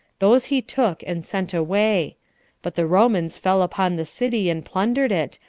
those he took and sent away but the romans fell upon the city, and plundered it,